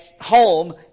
home